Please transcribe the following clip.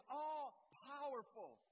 all-powerful